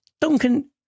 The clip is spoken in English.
Duncan